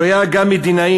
שהיה גם מדינאי,